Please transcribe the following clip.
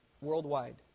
worldwide